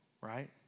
right